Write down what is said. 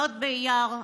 י' באייר,